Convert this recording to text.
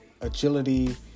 agility